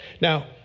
Now